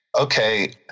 Okay